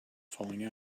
falling